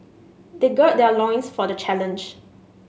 they gird their loins for the challenge